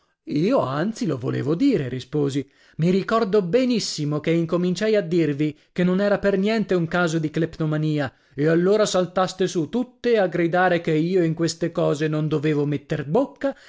io anzi lo volevo dire risposi i ricordo benissimo che incominciai a dirvi che non era per niente un caso di cleptomania e allora saltaste su tutte a gridare che io in queste cose non dovevo metter bocca